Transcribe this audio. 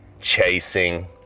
Chasing